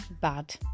bad